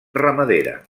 ramadera